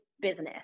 business